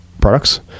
products